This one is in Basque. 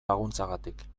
laguntzagatik